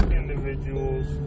individuals